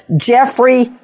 Jeffrey